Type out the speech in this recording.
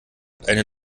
eine